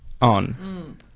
on